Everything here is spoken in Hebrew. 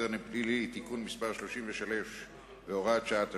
הדין הפלילי (תיקון מס' 33 והוראת שעה),